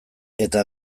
eta